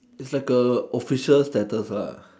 it's like a official status lah